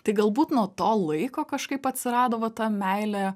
tai galbūt nuo to laiko kažkaip atsirado va ta meilė